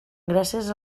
gràcies